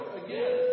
again